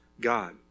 God